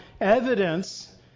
evidence